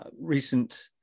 recent